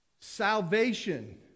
salvation